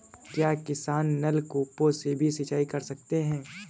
क्या किसान नल कूपों से भी सिंचाई कर सकते हैं?